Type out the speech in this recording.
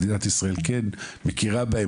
מדינת ישראל כן מכירה בהם,